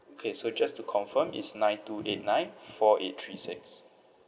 okay so just to confirm is nine two eight nine four eight three six